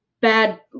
bad